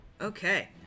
Okay